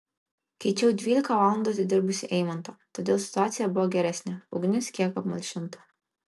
keičiau dvylika valandų atidirbusį eimantą todėl situacija buvo geresnė ugnis kiek apmalšinta